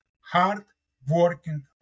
hard-working